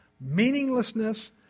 meaninglessness